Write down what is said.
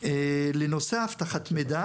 לנושא אבטחת מידע